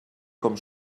com